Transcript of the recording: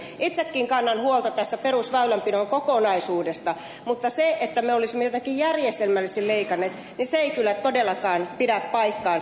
itsekin kannan huolta tästä perusväylänpidon kokonaisuudesta mutta se että me olisimme jotenkin järjestelmällisesti leikanneet ei kyllä todellakaan pidä paikkaansa